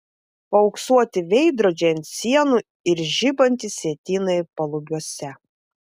paauksuoti veidrodžiai ant sienų ir žibantys sietynai palubiuose